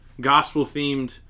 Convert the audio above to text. gospel-themed